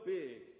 big